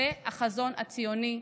זה החזון הציוני,